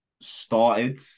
started